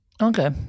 Okay